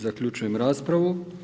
Zaključujem raspravu.